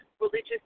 religious